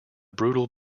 brutal